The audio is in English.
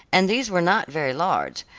and these were not very large,